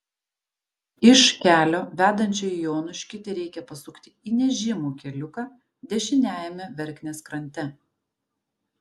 iš kelio vedančio į onuškį tereikia pasukti į nežymų keliuką dešiniajame verknės krante